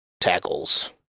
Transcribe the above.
tackles